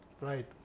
Right